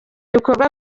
ibikorwa